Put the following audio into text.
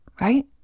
right